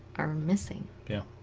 are missing yeah